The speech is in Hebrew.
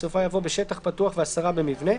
בסופה יבוא "בשטח פתוח ו-10 במבנה".